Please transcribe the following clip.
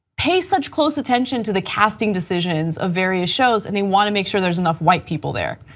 pay such close attention to the casting decisions of various shows and they want to make sure there is enough white people there.